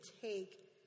take